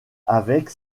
avec